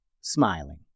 smiling